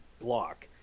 block